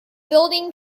building